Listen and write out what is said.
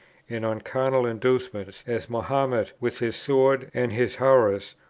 and on carnal inducements as mahomet with his sword and his houris,